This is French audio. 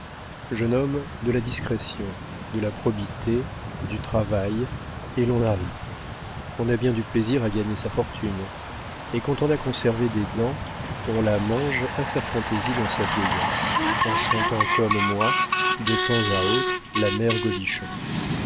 jeune homme de la discrétion de la probité du travail et l'on arrive on a bien du plaisir à gagner sa fortune et quand on a conservé des dents on la mange à sa fantaisie dans sa vieillesse en chantant comme moi de temps à autre la mère